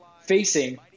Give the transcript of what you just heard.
facing –